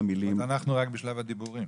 מילים --- אז אנחנו רק בשלב הדיבורים,